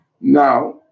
Now